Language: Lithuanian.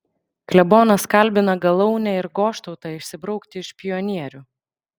klebonas kalbina galaunę ir goštautą išsibraukti iš pionierių